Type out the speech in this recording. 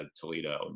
Toledo